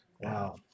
Wow